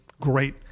great